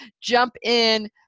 jump-in